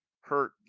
hurt